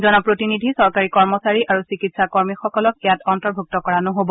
জনপ্ৰতিনিধি চৰকাৰী কৰ্মচাৰী আৰু চিকিৎসা কৰ্মীসকলক ইয়াত অন্তৰ্ভুক্ত কৰা নহ'ব